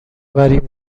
بریم